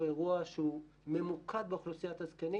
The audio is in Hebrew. אירוע שהוא ממוקד באוכלוסיית הזקנים